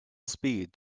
speed